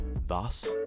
Thus